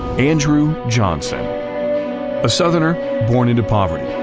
andrew johnson a southerner born into poverty,